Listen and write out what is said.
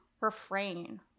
refrain